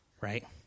right